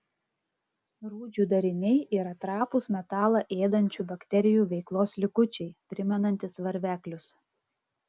rūdžių dariniai yra trapūs metalą ėdančių bakterijų veiklos likučiai primenantys varveklius